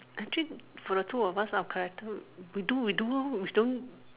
actually for the two of us our character we do we do we don't